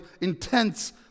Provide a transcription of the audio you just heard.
intense